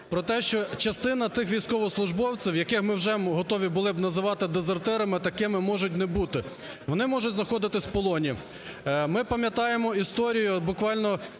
про те, що частина тих військовослужбовців, яких ми вже готові були називати дезертирами, такими можуть не бути, вони можуть знаходитись у полоні. Ми пам'ятаємо історію буквально